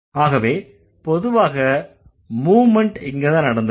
ஆகவே பொதுவாக மூவ்மெண்ட் இங்கதான் நடந்திருக்கு